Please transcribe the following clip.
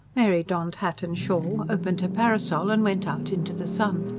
mary donned hat and shawl, opened her parasol and went out into the sun.